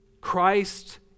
Christ